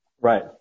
Right